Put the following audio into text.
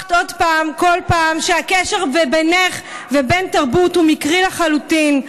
הוכחת עוד פעם שהקשר בינך ובין תרבות הוא מקרי לחלוטין,